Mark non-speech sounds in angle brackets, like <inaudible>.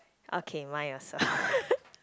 okay mine also <laughs>